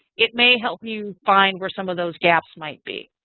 it may help you find where some of those gaps might be.